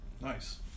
Nice